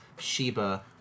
Sheba